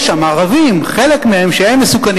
יש שם ערבים, חלק מהם מסוכנים.